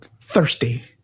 thirsty